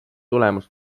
tulemus